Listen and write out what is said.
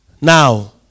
now